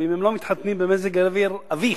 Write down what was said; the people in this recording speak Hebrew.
ואם הם לא מתחתנים במזג אוויר "אביך"